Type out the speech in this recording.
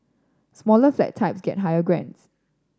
smaller flat types get higher grants